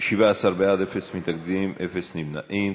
17 בעד, אפס מתנגדים, אפס נמנעים.